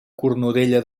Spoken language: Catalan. cornudella